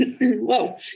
Whoa